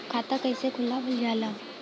खाता कइसे खुलावल जाला?